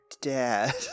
dad